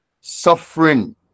suffering